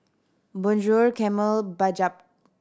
Bonjour Camel Bajaj